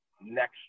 next